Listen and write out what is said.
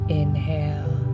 inhale